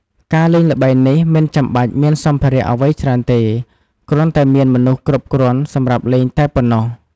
ការលេងល្បែងនេះមិនចាំបាច់មានសម្ភារៈអ្វីច្រើនទេ គ្រាន់តែមានមនុស្សគ្រប់គ្រាន់សម្រាប់លេងតែប៉ណ្ណោះ។